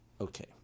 Okay